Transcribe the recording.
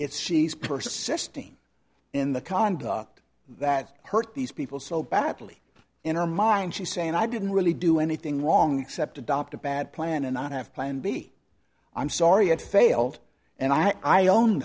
she's persisting in the conduct that hurt these people so badly in her mind she's saying i didn't really do anything wrong except adopt a bad plan and not have plan b i'm sorry it failed and i own